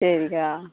சரிக்கா